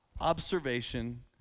Observation